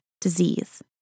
disease